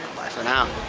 bye for now.